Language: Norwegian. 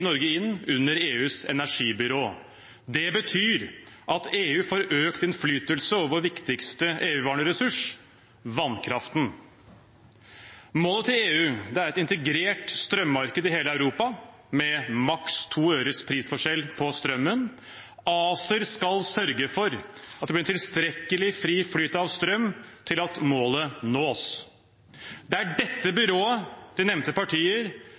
Norge inn under EUs energibyrå. Det betyr at EU får økt innflytelse over vår viktigste evigvarende ressurs, vannkraften. Målet til EU er et integrert strømmarked i hele Europa, med maks 2 øres prisforskjell på strømmen. ACER skal sørge for at det blir en tilstrekkelig fri flyt av strøm til at målet nås. Det er dette byrået som de nevnte partier